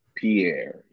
Pierre